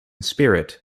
spirit